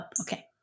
okay